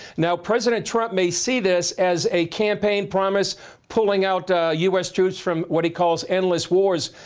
now, president trump may see this as a campaign promise pulling out u s. troops from what he calls endless wars,